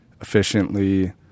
efficiently